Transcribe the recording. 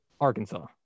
Arkansas